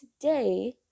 today